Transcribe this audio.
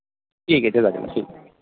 ٹھیک ہے کوئی بات نہیں